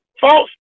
false